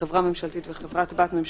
חברה ממשלתית וחברת בת ממשלתית,